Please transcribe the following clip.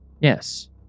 Yes